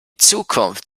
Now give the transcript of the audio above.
zukunft